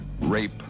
rape